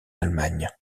allemagne